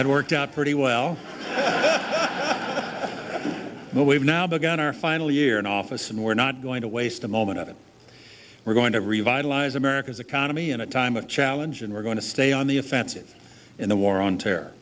that worked out pretty well but we've now begun our final year in office and we're not going to waste a moment of it we're going to revitalize america's economy in a time of challenge and we're going to stay on the offensive in the war on terror